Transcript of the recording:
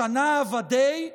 השנה עבדים,